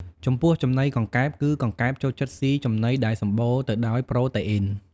ចំពោះចំណីកង្កែប គឺកង្កែបចូលចិត្តស៊ីចំណីដែលសម្បូរទៅដោយ ប្រូតេអ៊ីន។